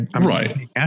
right